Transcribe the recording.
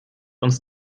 uns